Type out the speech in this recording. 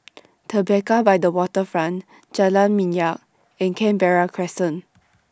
Tribeca By The Waterfront Jalan Minyak and Canberra Crescent